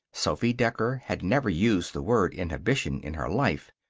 sophy decker had never used the word inhibition in her life.